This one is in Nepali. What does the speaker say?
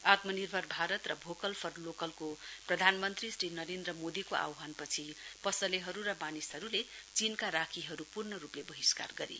आत्मनिर्भर भारत र भोकल फर लोकलको प्रधानमन्त्री श्री नरेन्द्रम दीले आह्वान पछि पसलेहरू र मानिसहरूले चीनका राखीहरू पूर्णरूपले वहिष्कार गरे